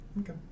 Okay